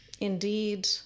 indeed